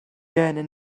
gennym